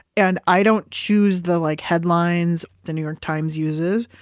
and i don't choose the like headlines the new york times uses.